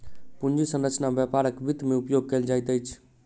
पूंजी संरचना व्यापारक वित्त में उपयोग कयल जाइत अछि